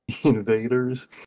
invaders